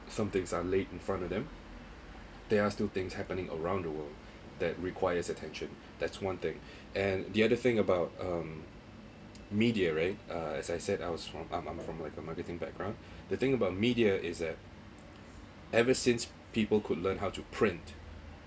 some things are late in front of them there are still things happening around the world that requires attention that's one thing and the other thing about um media right uh as I said I was from um I'm from like a marketing background the thing about media is that ever since people could learn how to print